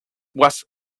was